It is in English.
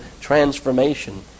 transformation